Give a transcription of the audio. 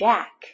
Jack